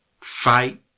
fight